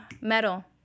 metal